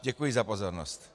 Děkuji za pozornost.